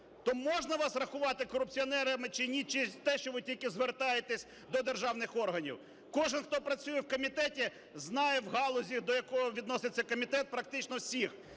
То можна вас рахувати корупціонерами чи ні через те, що ви тільки звертаєтесь до державних органів? Кожен, хто працює в комітеті, знає в галузі, до якої відноситься комітет, практично всіх.